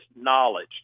knowledge